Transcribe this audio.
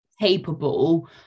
capable